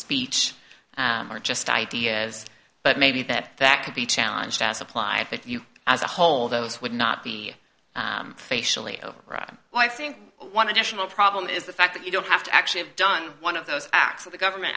speech or just ideas but maybe that that could be challenged as apply if you as a whole those would not be facially oh well i think one additional problem is the fact that you don't have to actually have done one of those acts of the government